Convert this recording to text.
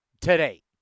today